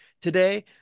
Today